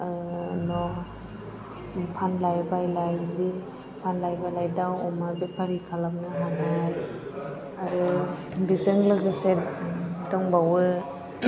न' फानलाय बायलाय बिदि फानलाय बायलाय दाउ अमा बेफारि खालामनो हानाय आरो बेजों लोगोसे दंबावो